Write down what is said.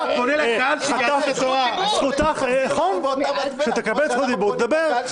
כשתקבל את זכות הדיבור, תדבר.